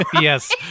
Yes